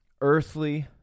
Earthly